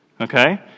Okay